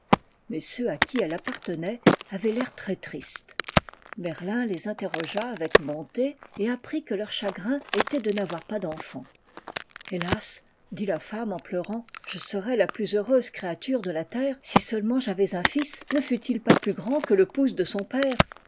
mais ceux à qui elle appartenait avaient l'air très triste merlin les interrogea avec bonté et apprit que leur chagrin était de n'avoir pas d'enfants hélas dit la femme en pleurant je serais la plus heureuse créature de la terre si seulement j'avais un fils ne fût-il pas plus grand que le pouce de son père